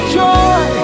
joy